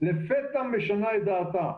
לפתע משנה את דעתו.